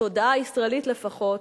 בתודעה הישראלית לפחות,